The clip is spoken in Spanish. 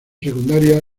secundaria